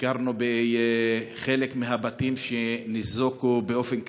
ביקרנו בחלק מהבתים שניזוקו באופן קשה.